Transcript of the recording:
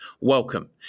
Welcome